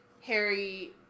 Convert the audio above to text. Harry